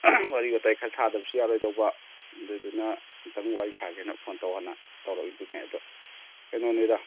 ꯋꯥꯔꯤ ꯋꯥꯇꯥꯏ ꯈꯔ ꯁꯥꯗꯕꯁꯨ ꯌꯥꯔꯣꯏꯗꯧꯕ ꯑꯗꯨꯅ ꯑꯃꯨꯛꯇꯪ ꯋꯥꯔꯤ ꯁꯥꯁꯦꯅ ꯐꯣꯟ ꯇꯧꯋꯣꯅ ꯇꯧꯔꯛꯂꯤꯗꯨꯅꯦ ꯑꯗꯣ ꯀꯩꯅꯣꯅꯤꯗ